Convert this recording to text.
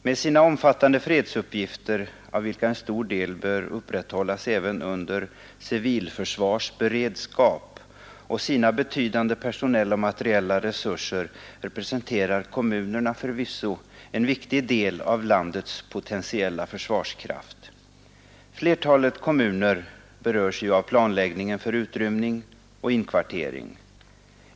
Med sina omfattande fredsuppgifter — av vilka en stor del bör upprätthållas även under civilförsvarsberedskap — och sina betydande personella och materiella resurser representerar kommunerna förvisso en viktig del av landets potentiella försvarskraft. Flertalet kommuner berörs ju av planläggningen för utrymning och inkvartering.